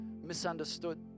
misunderstood